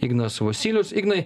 ignas vosylius ignai